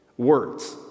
words